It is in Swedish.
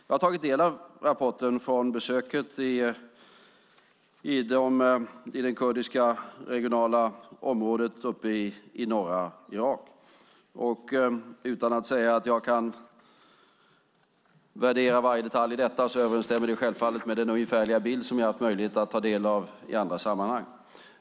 Jag har tagit del av rapporten från besöket i det kurdiska regionala området i norra Irak. Utan att säga att jag kan värdera varje detalj i detta överensstämmer det med den bild som jag har haft möjlighet att ta del av i andra sammanhang.